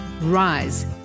rise